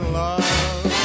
love